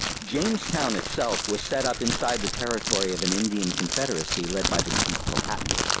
jamestown itself was set up inside the territory of an indian confederacy, led by the chief, powhatan.